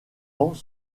ans